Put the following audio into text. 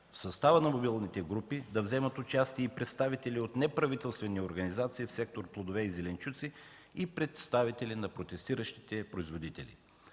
В състава на мобилните групи да вземат участие представители от неправителствени организации от сектор „Плодове и зеленчуци” и представители на протестиращите производители.